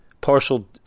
partial